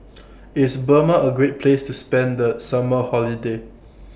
IS Burma A Great Place to spend The Summer Holiday